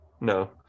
No